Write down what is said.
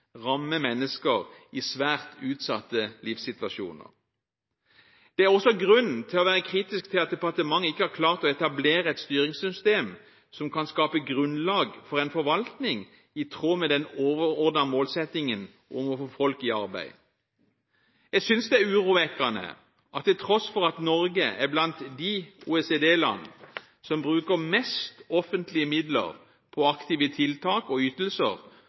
ramme mennesker i svært utsatte livssituasjoner. Det er også grunn til å være kritisk til at departementet ikke har klart å etablere et styringssystem som kan skape grunnlag for en forvaltning i tråd med den overordnede målsettingen om å få folk i arbeid. Jeg synes det er urovekkende at til tross for at Norge er blant de OECD-land som bruker mest offentlige midler på aktive tiltak og ytelser